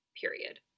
period